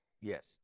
Yes